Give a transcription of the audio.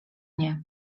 nie